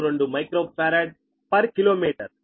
00562 microfarad per kilometre